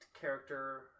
character